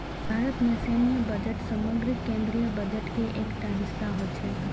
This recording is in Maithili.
भारत मे सैन्य बजट समग्र केंद्रीय बजट के एकटा हिस्सा होइ छै